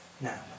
Now